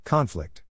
Conflict